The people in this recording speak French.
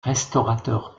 restaurateur